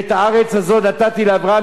ואת הארץ הזאת נתתי לאברהם,